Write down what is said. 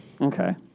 Okay